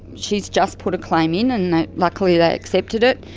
she's just put a claim in, and luckily they accepted it,